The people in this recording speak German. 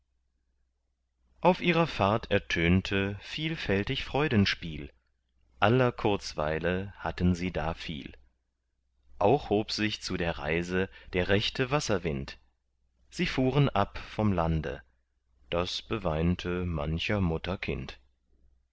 auf ihrer fahrt ertönte vielfältig freudenspiel aller kurzweile hatten sie da viel auch hob sich zu der reise der rechte wasserwind sie fuhren ab vom lande das beweinte mancher